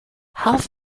half